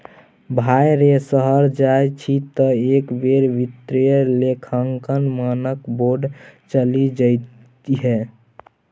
भाय रे शहर जाय छी तँ एक बेर वित्तीय लेखांकन मानक बोर्ड चलि जइहै